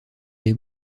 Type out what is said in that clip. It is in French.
des